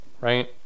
right